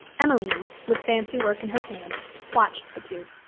emmeline, with fancy work in her hands, watched the two.